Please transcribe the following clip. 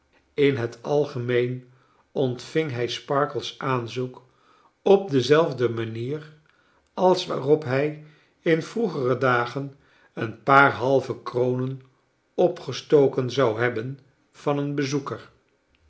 in het algemeen ontving hij sparkler's aanzoek op dezelfde manier als waarop hij in vroegere dagen een paar halve kronen opgestoken zou hebben van een bezoeker